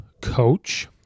coach